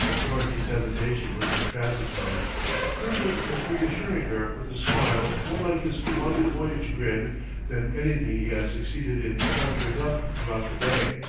dorothy's hesitation was but transitory kirkwood was reassuring her with a smile more like his wonted boyish grin than anything he had succeeded in conjuring up throughout the day.